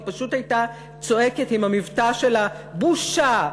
היא פשוט הייתה צועקת עם המבטא שלה: בושה,